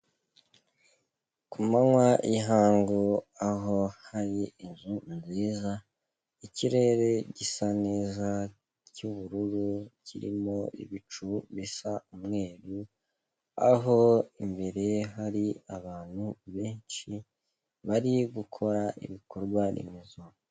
Ku manywa y'ihangu, aho hari inzu nziza, ikirere gisa neza cy'ubururu kirimo ibicu bisa umweru, aho imbere hari abantu benshi bari gukora ibikorwa remezo.